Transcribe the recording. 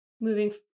moving